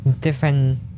different